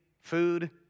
Food